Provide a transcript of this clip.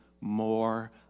more